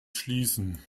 schließen